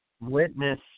witness